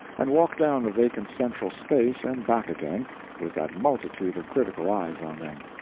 and walk down the vacant central space and back again with that multitude of critical eyes on them.